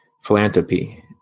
philanthropy